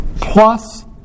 plus